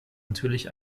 natürlich